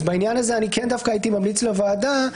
אז בעניין הזה כן הייתי ממליץ לוועדה,